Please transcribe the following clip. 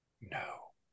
no